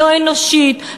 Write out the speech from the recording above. לא אנושית,